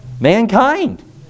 mankind